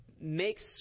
makes